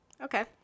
Okay